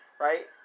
right